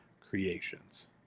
creations